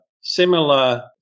Similar